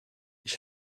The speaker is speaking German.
ich